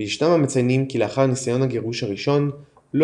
וישנם המציינים כי לאחר ניסיון הגירוש הראשון לא